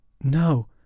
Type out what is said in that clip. No